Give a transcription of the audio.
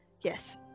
Yes